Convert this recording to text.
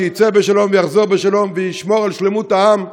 שיצא בשלום ויחזור בשלום וישמור על שלמות העם,